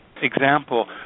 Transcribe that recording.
Example